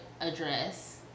address